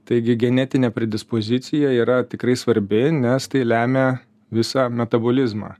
taigi genetinė predispozicija yra tikrai svarbi nes tai lemia visą metabolizmą